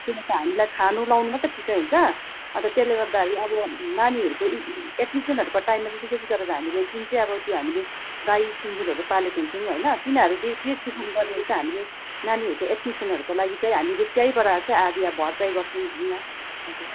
त्यसले त हामीलाई खानु लगाउनु मात्र ठिकै हुन्छ अन्त त्यसले गर्दाखेरि अब नानीहरूको एड्मिसनहरूको टाइममा जुन चाहिँ अब त्यो हामीले गाई सुँगुरहरू पालेको हुन्छौँ होइन तिनीहरू बेचबिखान गरेर नानीहरूको एड्मिसनहरूको लागि चाहिँ हामीले त्यहीबाट चाहिँ हामीले आधी भरपाई गर्छौँ भनौँ न